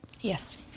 Yes